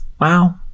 Wow